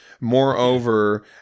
Moreover